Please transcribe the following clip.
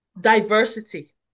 diversity